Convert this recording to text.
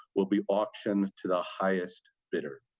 will be auctioned to the highest bidder.